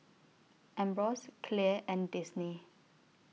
Ambros Clear and Disney